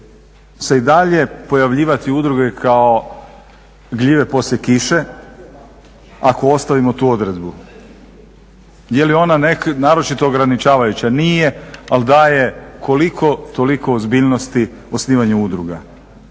i dalje pojavljivati udruge kao gljive poslije kiše ako ostavimo tu odredbu. Jel je ona naročito ograničavajuća? Nije, ali daje koliko toliko ozbiljnosti osnivanju udruga.